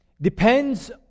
Depends